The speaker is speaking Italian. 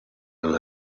dal